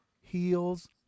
heels